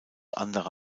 andere